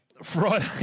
Friday